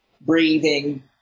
breathing